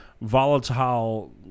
volatile